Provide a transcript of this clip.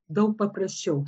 daug paprasčiau